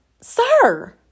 sir